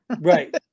right